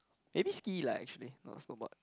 maybe ski lah actually not snowboard